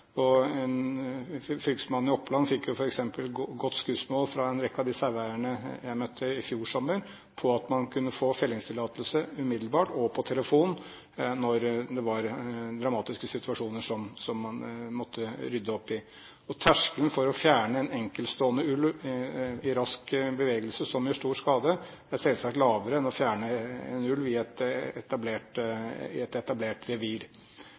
Fylkesmannen i Oppland fikk f.eks. et godt skussmål fra en rekke av de saueeierne jeg møtte i fjor sommer for at man kunne få fellingstillatelse umiddelbart, og på telefon når det var dramatiske situasjoner som man måtte rydde opp i. Terskelen for å fjerne en enkeltstående ulv i rask bevegelse, som gjør stor skade, er selvsagt lavere enn å fjerne en ulv i et etablert